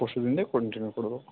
পরশু দিন থেকে কন্টিনিউ করবো